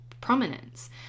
prominence